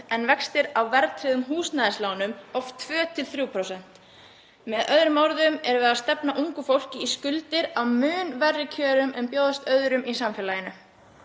en vextir á verðtryggðum húsnæðislánum oft 2–3%. Með öðrum orðum erum við að stefna ungu fólki í skuldir á mun verri kjörum en bjóðast öðrum í samfélaginu.